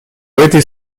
этой